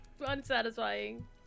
unsatisfying